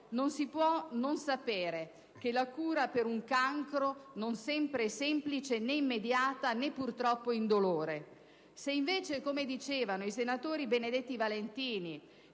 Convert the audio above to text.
non si può non sapere che la cura per un cancro non sempre è semplice, né immediata, né purtroppo indolore. Se invece, come dicevano i senatori Benedetti Valentini